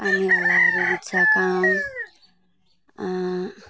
अनि अब